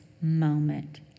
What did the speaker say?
moment